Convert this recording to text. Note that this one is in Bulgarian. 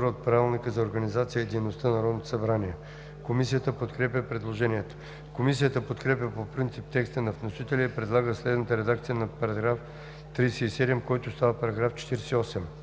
2 от Правилника за организацията и дейността на Народното събрание. Комисията подкрепя предложението. Комисията подкрепя по принцип текста на вносителя и предлага следната редакция на § 37, който става § 48: „§ 48.